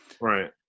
right